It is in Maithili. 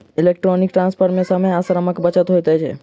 इलेक्ट्रौनीक ट्रांस्फर मे समय आ श्रमक बचत होइत छै